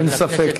אין ספק.